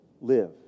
live